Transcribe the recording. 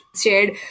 shared